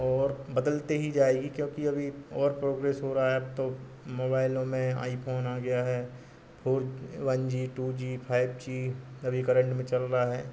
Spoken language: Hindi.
और बदलते ही जाएगी क्योंकि अभी और प्रोग्रेस हो रहा है अब तो मोबाइलों में आईफोन आ गया है four one G two G five G अभी करेंट में चल रहा है